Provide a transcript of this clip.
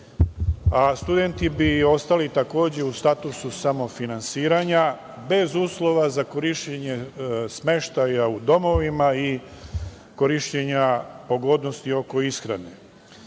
a studenti bi ostali u statusu samofinansiranja, bez uslova za korišćenje smeštaja u domovima i korišćenja pogodnosti oko ishrane. Jedan